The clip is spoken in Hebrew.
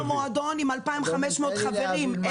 100 כלים במועדון עם 2,500 חברים.